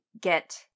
get